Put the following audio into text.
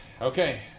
Okay